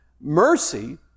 Mercy